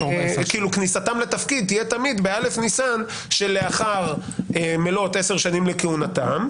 כניסתם לתפקיד תהיה תמיד בא' ניסן שלאחר מלאת עשר שנים לכהונתם,